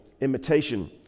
imitation